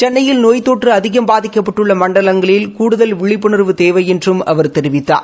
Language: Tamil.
சென்னையில் நோய் தொற்று அதிகம் பாதிக்கப்பட்டுள்ள மண்டலங்களில் கூடுதல் விழிப்புணர்வு தேவை என்றும் அவர் தெரிவித்தார்